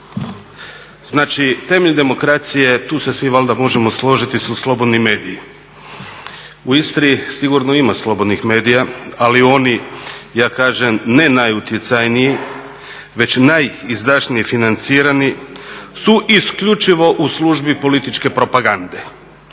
Znači temelj demokracije, tu se svi valjda možemo složiti su slobodni mediji. U Istri sigurno ima slobodnih medija, ali oni ja kažem ne najutjecajniji već najizdašnije financira su isključivo u službi političke propagande